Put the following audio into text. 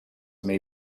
may